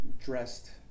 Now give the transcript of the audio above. dressed